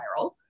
viral